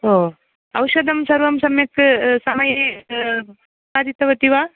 ओ औषधं सर्वं सम्यक् समये खादितवति वा